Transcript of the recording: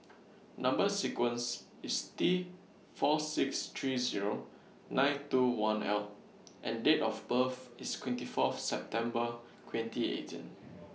Number sequence IS T four six three Zero nine two one L and Date of birth IS twenty Fourth September twenty eighteen